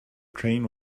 train